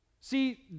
See